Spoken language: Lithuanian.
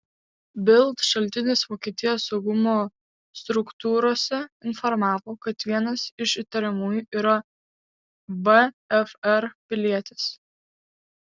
bild šaltinis vokietijos saugumo struktūrose informavo kad vienas iš įtariamųjų yra vfr pilietis